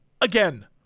Again